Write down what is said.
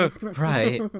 Right